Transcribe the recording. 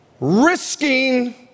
Risking